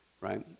right